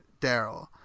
daryl